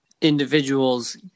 individuals